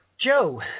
Joe